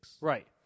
Right